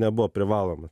nebuvo privaloma